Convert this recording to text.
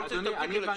אני לא רוצה --- עכשיו.